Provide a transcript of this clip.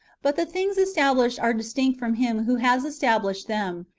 but the things established are distinct from him who has established them,